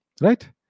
right